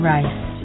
Rice